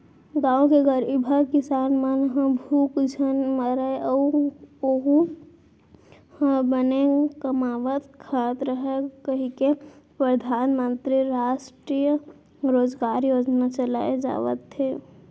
गाँव के गरीबहा किसान मन ह भूख झन मरय अउ ओहूँ ह बने कमावत खात रहय कहिके परधानमंतरी रास्टीय रोजगार योजना चलाए जावत हे